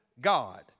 God